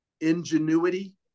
ingenuity